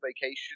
vacation